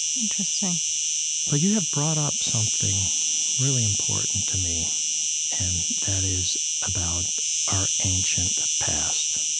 interesting but you have brought up something really important to me and that is about our ancient past.